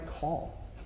call